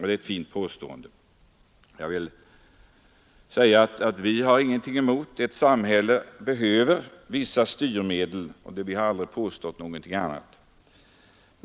Det är ett märkligt påstående. Vi har ingenting emot att samhället förfogar över vissa styrmedel. Sådana behövs, och vi har aldrig påstått någonting annat.